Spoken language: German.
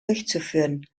durchzuführen